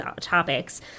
topics